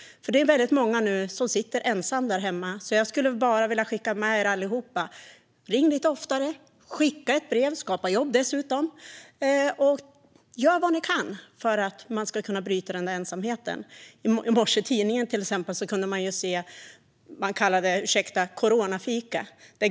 Det är många som nu sitter ensamma hemma, så jag skulle vilja skicka med er allihop: Ring lite oftare! Skicka ett brev, och skapa jobb dessutom! Gör vad ni kan för att bryta ensamheten! I morse kunde man till exempel läsa i tidningen om vad som kallades coronafika.